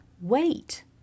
wait